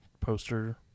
poster